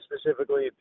specifically